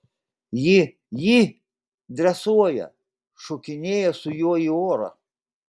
ji jį dresuoja šokinėja su juo į orą